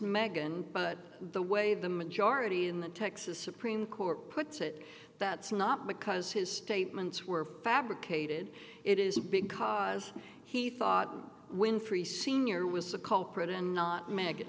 magen but the way the majority in the texas supreme court puts it that's not because his statements were fabricated it is because he thought winfrey sr was a culprit and not maggot